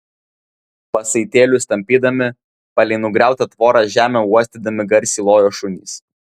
pasaitėlius tampydami palei nugriautą tvorą žemę uostydami garsiai lojo šunys